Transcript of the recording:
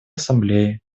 ассамблее